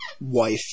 wife